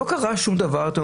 אתם